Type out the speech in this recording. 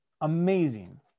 Amazing